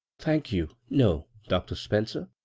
thank you, no, dr. spencer.